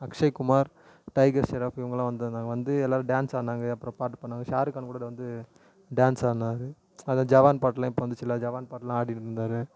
அக்சய்குமார் டைகர்ஷெராப் இவங்கல்லாம் வந்திருந்தாங்க வந்து எல்லோரும் டான்ஸ் ஆடினாங்க அப்பறம் பாட்டு பாடினாங்க ஷாருக்கான் கூட இதில் வந்து டான்ஸ் ஆடினாரு அதான் ஜவான் பாட்டெலாம் இப்போ வந்துச்சுல்ல ஜவான் பாட்டெலாம் ஆடின்னுருந்தாரு